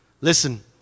listen